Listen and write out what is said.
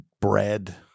bread